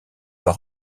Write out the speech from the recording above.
par